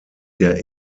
der